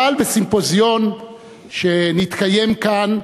אבל בסימפוזיון שנתקיים כאן,